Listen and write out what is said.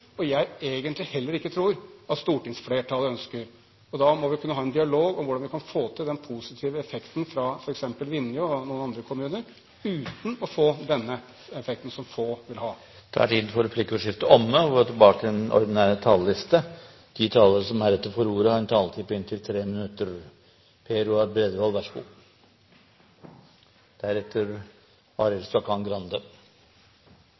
som jeg i hvert fall konstaterer at det store flertallet av befolkningen i gallup sier de ikke ønsker, og som jeg egentlig heller ikke tror at stortingsflertallet ønsker. Da må vi kunne ha en dialog om hvordan vi kan få til den positive effekten fra f.eks. Vinje, og noen andre kommuner, uten å få den negative effekten som få vil ha. Replikkordskiftet er dermed omme. De talere som heretter får ordet, har en taletid på inntil 3 minutter.